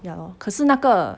ya lor 可是那个